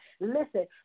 Listen